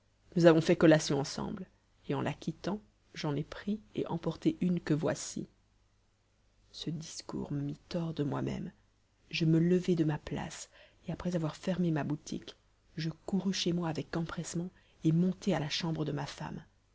nous avons fait collation ensemble et en la quittant j'en ai pris et emporté une que voici ce discours me mit hors de moi-même je me levai de ma place et après avoir fermé ma boutique je courus chez moi avec empressement et montai à la chambre de ma femme